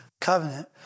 covenant